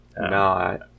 No